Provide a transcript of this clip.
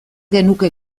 genuke